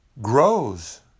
grows